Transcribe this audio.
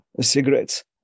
cigarettes